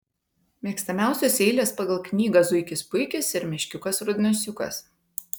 mėgstamiausios eilės pagal knygą zuikis puikis ir meškiukas rudnosiukas